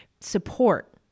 support